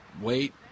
wait